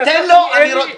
ההכנסה שלי, לי אין קביעות.